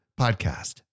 Podcast